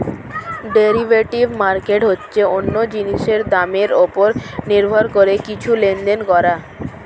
derivative market হচ্ছে অন্য জিনিসের দামের উপর নির্ভর করে কিছু লেনদেন করা